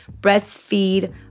breastfeed